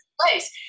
place